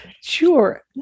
sure